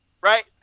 right